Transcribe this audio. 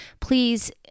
please